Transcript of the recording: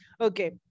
Okay